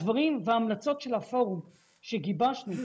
הדברים וההמלצות של הפורום שגיבשנו,